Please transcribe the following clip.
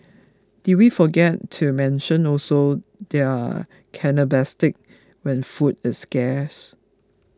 did we forget to mention also they're cannibalistic when food is scarce